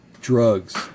drugs